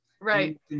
Right